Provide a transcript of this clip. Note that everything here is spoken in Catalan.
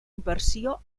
inversió